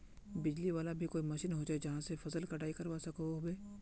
बिजली वाला भी कोई मशीन होचे जहा से फसल कटाई करवा सकोहो होबे?